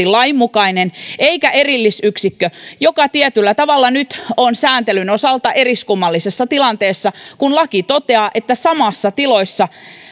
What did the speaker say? lainmukainen eikä erillisyksikkö joka tietyllä tavalla nyt on sääntelyn osalta eriskummallisessa tilanteessa kun laki toteaa että samoissa tiloissa